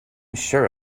sure